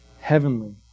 heavenly